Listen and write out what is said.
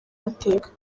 mateka